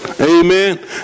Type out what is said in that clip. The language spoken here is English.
Amen